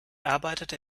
arbeitete